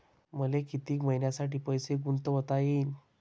मले कितीक मईन्यासाठी पैसे गुंतवता येईन?